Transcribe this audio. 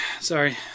Sorry